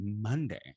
Monday